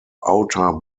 outer